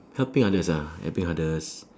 helping others ah helping others